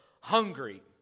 hungry